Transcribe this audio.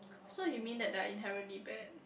so you mean that their inherently bad